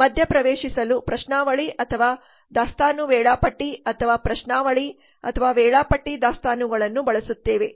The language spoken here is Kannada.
ಮಧ್ಯಪ್ರವೇಶಿಸಲು ಪ್ರಶ್ನಾವಳಿ ಅಥವಾ ದಾಸ್ತಾನು ವೇಳಾಪಟ್ಟಿ ಅಥವಾ ಪ್ರಶ್ನಾವಳಿ ಅಥವಾ ವೇಳಾಪಟ್ಟಿ ದಾಸ್ತಾನುಗಳನ್ನು ಬಳಸುತ್ತೇವೆ